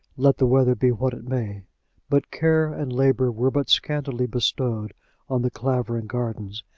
let the weather be what it may but care and labour were but scantily bestowed on the clavering gardens,